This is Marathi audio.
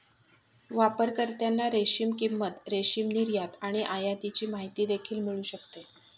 वापरकर्त्यांना रेशीम किंमती, रेशीम निर्यात आणि आयातीची माहिती देखील मिळू शकते